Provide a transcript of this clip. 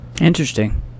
Interesting